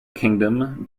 kingdom